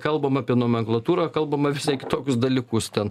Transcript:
kalbam apie nomenklatūrą kalbama visai kitokius dalykus ten